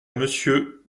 monsieur